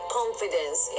confidence